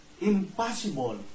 impossible